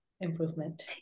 improvement